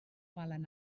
valen